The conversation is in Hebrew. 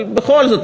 אבל בכל זאת,